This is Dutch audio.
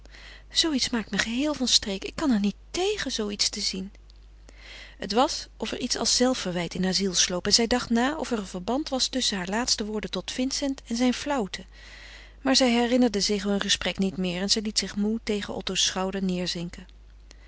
iets maakt me geheel van streek ik kan er niet tegen zoo iets te zien het was of er iets als zelfverwijt in haar ziel sloop en zij dacht na of er een verband was tusschen haar laatste woorden tot vincent en zijn flauwte maar zij herinnerde zich hun gesprek niet meer en zij liet zich moê tegen otto's schouder